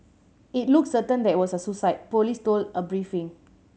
it looks certain that it was a suicide police told a briefing